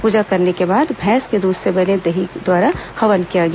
पूजा करने के बाद भैंस के दूध से बने दही द्वारा हवन किया गया